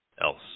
else